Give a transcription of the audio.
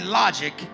logic